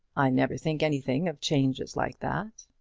i never think anything of changes like that.